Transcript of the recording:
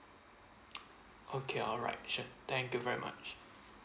okay alright sure thank you very much